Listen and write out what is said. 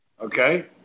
Okay